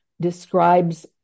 describes